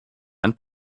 einen